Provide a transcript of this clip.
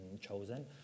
chosen